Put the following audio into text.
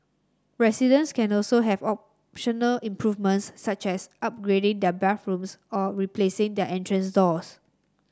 residents can also have optional improvements such as upgrading their bathrooms or replacing their entrance doors